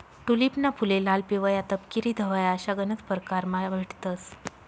टूलिपना फुले लाल, पिवया, तपकिरी, धवया अशा गनज परकारमा भेटतंस